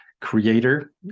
creator